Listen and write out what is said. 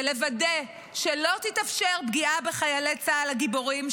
ולוודא שלא תתאפשר פגיעה בחיילי צה"ל הגיבורים,